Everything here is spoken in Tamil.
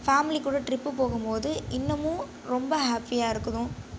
ஃபேமிலி கூட ட்ரிப்பு போகும்போது இன்னமும் ரொம்ப ஹாப்பியாக இருக்கும்